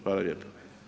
Hvala lijepo.